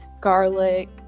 garlic